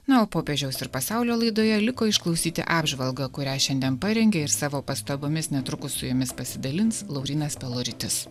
na o popiežiaus ir pasaulio laidoje liko išklausyti apžvalgą kurią šiandien parengė ir savo pastabomis netrukus su jumis pasidalins laurynas peluritis